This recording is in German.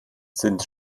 sind